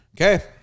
Okay